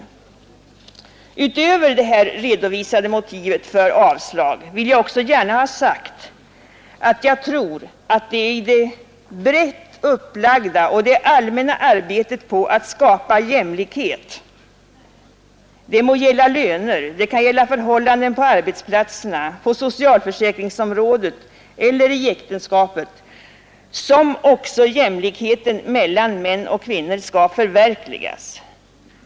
57 Utöver det här redovisade motivet för avslag vill jag gärna ha sagt att jag tror att det är i det brett upplagda och allmänna arbetet på att skapa jämlikhet — det må gälla löner, förhållanden på arbetsplatserna, på socialförsäkringsområdet eller i äktenskapet — som också jämlikheten mellan män och kvinnor skall förverkligas.